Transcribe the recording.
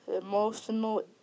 emotional